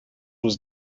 was